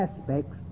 aspects